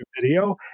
video